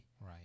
Right